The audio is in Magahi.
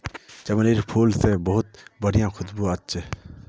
चमेलीर फूल से बहुत बढ़िया खुशबू वशछे